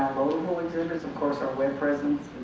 exhibits, of course our web presence,